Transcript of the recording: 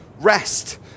rest